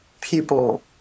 people